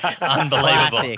Unbelievable